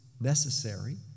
necessary